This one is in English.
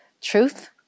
Truth